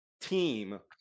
team